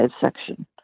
section